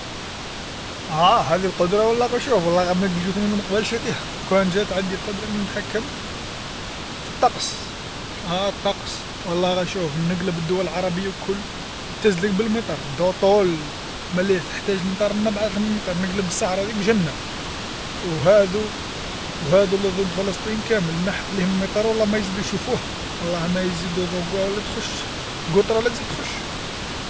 ها هادي القدره ولا والله شوف والله غير مانقدرش عليها وكان جات عندي القدره أني نتحكم في الطقس ها الطقس والله را شوف نقلب الدول العربيه كل تزلق بالمطر طول ملهيه تحتاج المطر نبعث لهم المطر نقلب الصحرا ديك جنه وهادو هادو لي ضد فلسطين كامل نحي عليهم المطر والله ما يزيدو يشوفوها والله ما يزيدو ضوكا ولا تخش قطره لا تجي تخش.